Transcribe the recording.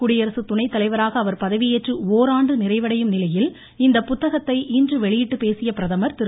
குடியரசு துணை தலைவராக அவர் பதவியேற்று ஒராண்டு நிறைவடையும் நிலையில் இந்த புத்தகத்தை இன்று வெளியிட்டுப்பேசிய பிரதமர் திரு